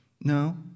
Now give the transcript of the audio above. No